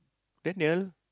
Daniel